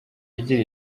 igira